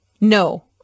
No